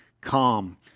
calm